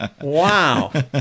Wow